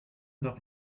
doch